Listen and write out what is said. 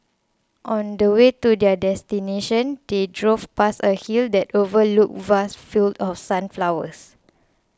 on the way to their destination they drove past a hill that overlooked vast fields of sunflowers